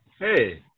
Hey